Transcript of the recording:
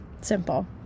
Simple